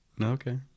Okay